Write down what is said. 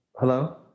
Hello